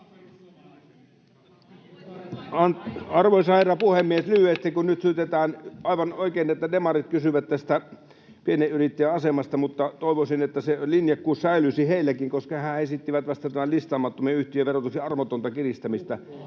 Arvoisa herra puhemies! Lyhyesti. — Nyt syytetään aivan oikein, kun demarit kysyvät tästä pienen yrittäjän asemasta, mutta toivoisin, että se linjakkuus säilyisi heilläkin, koska hehän esittivät vasta listaamattomien yhtiöiden verotuksen armotonta kiristämistä,